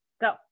Go